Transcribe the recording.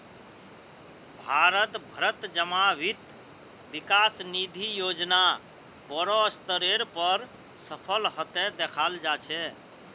भारत भरत जमा वित्त विकास निधि योजना बोडो स्तरेर पर सफल हते दखाल जा छे